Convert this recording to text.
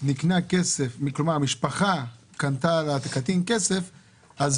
ששיעור המשכנתאות שם הוא